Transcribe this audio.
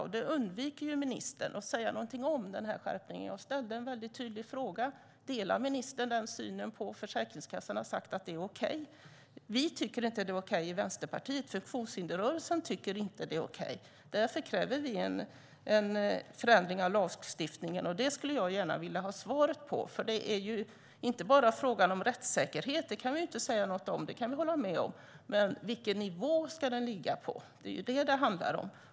Ministern undviker att säga någonting om skärpningen. Jag ställde en väldigt tydlig fråga. Delar ministern den syn som Försäkringskassan har sagt är okej? Vi i Vänsterpartiet tycker inte att det är okej, och funktionshindersrörelsen tycker inte att det är okej. Därför kräver vi en förändring av lagstiftningen. Det skulle jag gärna vilja ha svar på. Det är inte bara fråga om rättsäkerhet. Det kan vi inte säga något om. Det kan jag hålla med om. Men vilken nivå ska assistansen ligga på? Det är vad det handlar om.